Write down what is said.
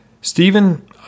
Stephen